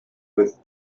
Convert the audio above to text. with